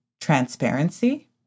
transparency